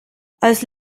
als